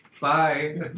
Bye